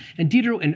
and diderot, and